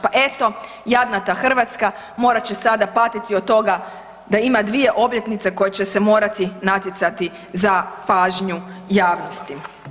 Pa eto jadna ta Hrvatska morat će sada patiti od toga da ima dvije obljetnice koje će se morati natjecati za pažnju javnosti.